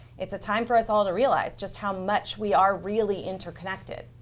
it's a time for us all to realize just how much we are really interconnected.